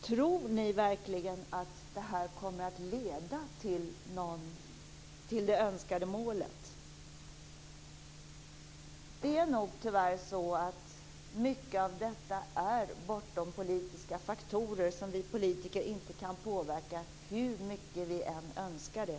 Tror ni verkligen att det här kommer att leda till det önskade målet? Tyvärr är nog mycket av detta bortom politiska faktorer. Vi politiker kan inte påverka detta hur mycket vi än önskar det.